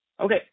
Okay